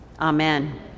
Amen